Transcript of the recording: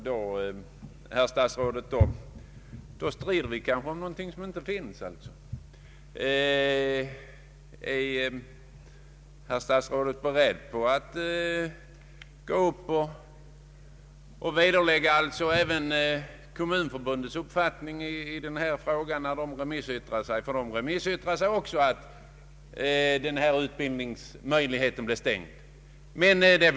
Herr talman! Vi strider kanske om någonting som inte finns. Är statsrådet beredd att vederlägga vad som är även Kommunförbundets uppfattning i den här frågan? I sitt remissyttrande har nämligen Kommunförbundet framhållit att denna utbildningsmöjlighet blir stängd.